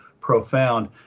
profound